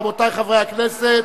רבותי חברי הכנסת,